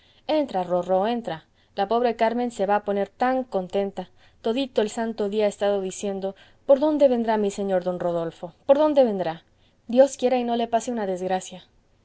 entra rorró entra la pobre carmen se va a poner tan contenta todito el santo día ha estado diciendo por dónde vendrá mi señor don rofoldo por dónde vendrá dios quiera y no le pase una desgracia